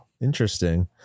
interesting